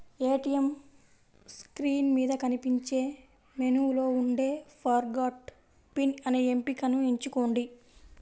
ATM screen మీద కనిపించే మెనూలో ఉండే ఫర్గాట్ పిన్ అనే ఎంపికను ఎంచుకోండి